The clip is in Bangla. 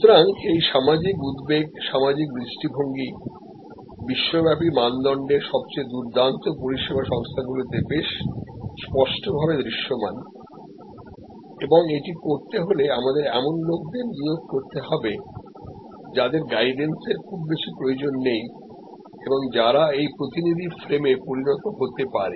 সুতরাং এই সামাজিক উদ্বেগ সামাজিক দৃষ্টিভঙ্গি বিশ্বব্যাপী মানদণ্ডের সবচেয়ে দুর্দান্ত পরিষেবা সংস্থাগুলিতে বেশ স্পষ্টভাবে দৃশ্যমান এবং এটি করতে হলে আমাদের এমন লোকদের নিয়োগ করতে হবে যাদের গাইডেন্সের খুব বেশি প্রয়োজন নেই এবং যারা এই প্রতিনিধি ফ্রেমে পরিণত হতে পারে